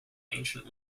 ancient